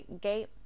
Gate